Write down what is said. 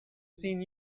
seen